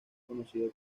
conocido